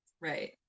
Right